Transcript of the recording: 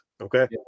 Okay